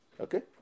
Okay